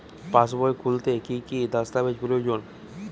পাসবই খুলতে কি কি দস্তাবেজ প্রয়োজন?